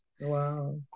Wow